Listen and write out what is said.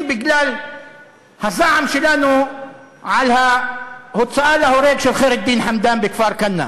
בגלל הזעם שלנו על ההוצאה להורג של ח'יר א-דין חמדאן בכפר-כנא.